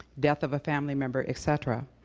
death of a family member, et cetera.